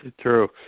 true